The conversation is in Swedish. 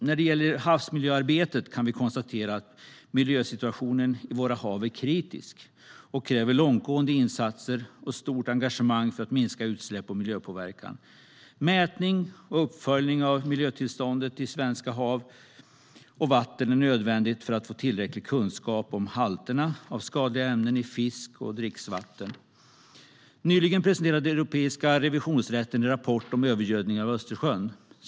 När det gäller havsmiljöarbetet kan vi konstatera att miljösituationen i våra hav är kritisk och kräver långtgående insatser och stort engagemang för att minska utsläpp och miljöpåverkan. Mätning och uppföljning av miljötillståndet i svenska hav och vatten är nödvändigt för att få tillräcklig kunskap om halterna av skadliga ämnen i fisk och dricksvatten. Nyligen presenterade Europeiska revisionsrätten en rapport om övergödningen av Östersjön.